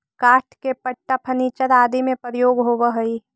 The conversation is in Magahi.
काष्ठ के पट्टा फर्नीचर आदि में प्रयोग होवऽ हई